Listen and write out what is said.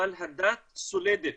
אבל הדת סולדת